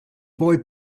boy